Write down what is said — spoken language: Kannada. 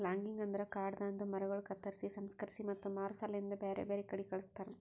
ಲಾಗಿಂಗ್ ಅಂದುರ್ ಕಾಡದಾಂದು ಮರಗೊಳ್ ಕತ್ತುರ್ಸಿ, ಸಂಸ್ಕರಿಸಿ ಮತ್ತ ಮಾರಾ ಸಲೆಂದ್ ಬ್ಯಾರೆ ಬ್ಯಾರೆ ಕಡಿ ಕಳಸ್ತಾರ